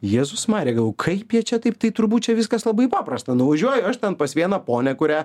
jėzus marija gavoju kaip jie čia taip tai turbūt čia viskas labai paprasta nuvažiuoju aš ten pas vieną ponią kurią